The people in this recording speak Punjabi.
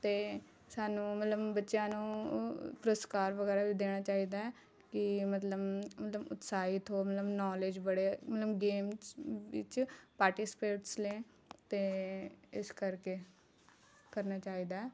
ਅਤੇ ਸਾਨੂੰ ਮਤਲਬ ਬੱਚਿਆਂ ਨੂੰ ਪੁਰਸਕਾਰ ਵਗੈਰਾ ਵੀ ਦੇਣਾ ਚਾਹੀਦਾ ਹੈ ਕਿ ਮਤਲਬ ਮਤਲਬ ਉਤਸ਼ਾਹਿਤ ਹੋਣ ਮਤਲਬ ਨੌਲੇਜ ਬਡੇ ਮਤਲਬ ਗੇਮਸ ਵਿੱਚ ਪਾਰਟੀਸਪੇਟਸ ਲੈਣ ਅਤੇ ਇਸ ਕਰਕੇ ਕਰਨਾ ਚਾਹੀਦਾ ਹੈ